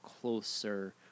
closer